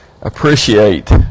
appreciate